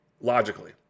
Logically